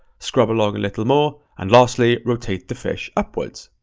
scrub along a little more, and lastly rotate the fish upwards.